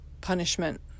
punishment